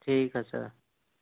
ٹھیک ہے سر